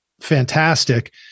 fantastic